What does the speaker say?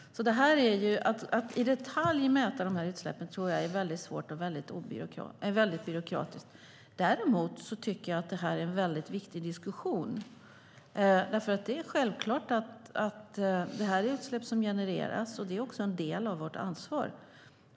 Att i detalj mäta de här utsläppen tror jag är väldigt svårt och väldigt byråkratiskt. Däremot tycker jag att det här är en viktig diskussion. Det är självklart att det här är utsläpp som genereras. Det är också en del av vårt ansvar.